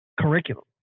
curriculum